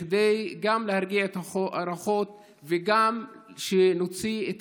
גם כדי להרגיע את הרוחות וגם להוציא את